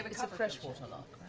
but it's a freshwater loch,